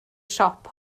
siop